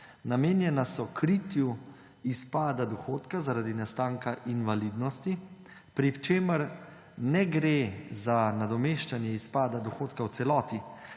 Namenjena so kritju izpada dohodka zaradi nastanka invalidnosti, pri čemer ne gre za nadomeščanje izpada dohodka v celoti,